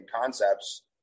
concepts